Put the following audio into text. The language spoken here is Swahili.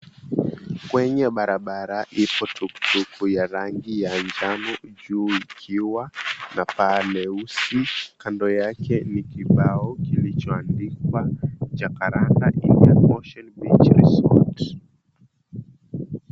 Kwenye barabara ipo tukutuku ya rangi ya njano, juu ikiwa na paa leusi, kando yake ni kibao kilichoandikwa, Jacaranda Indian Ocean Beach Resort.